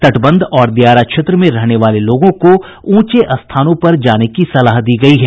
तटबंध और दियारा क्षेत्र में रहने वाले लोगों को ऊंचे स्थानों पर जाने की सलाह दी गयी है